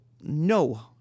no